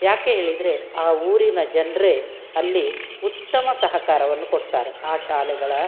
ಯಾಕೆ ಹೇಳಿದರೆ ಆ ಊರಿನ ಜನರೇ ಅಲ್ಲಿ ಉತ್ತಮ ಸಹಕಾರವನ್ನು ಕೊಡ್ತಾರೆ ಆ ಶಾಲೆಗಳ